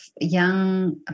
young